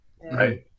right